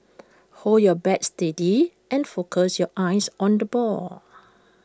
hold your bat steady and focus your eyes on the ball